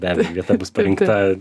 be abejo vieta bus parinkta